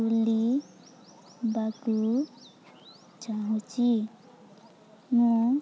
ବୁଲିବାକୁ ଚାହୁଁଛି ମୁଁ